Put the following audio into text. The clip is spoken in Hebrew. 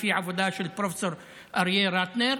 לפי עבודה של פרופ' אריה רטנר.